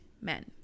men